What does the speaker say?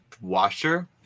washer